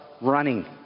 running